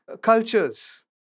cultures